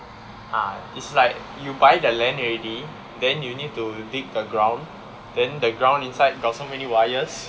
ah it's like you buy the land already then you need to dig the ground then the ground inside got so many wires